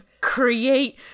Create